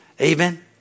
Amen